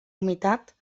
humitat